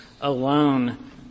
Alone